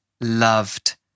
loved